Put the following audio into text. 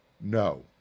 No